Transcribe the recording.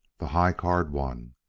the high card won.